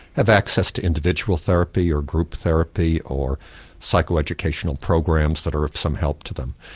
have access to individual therapy or group therapy, or psycho-educational programs that are of some help to them.